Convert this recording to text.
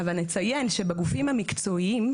אבל נציין שבגופים המקצועיים,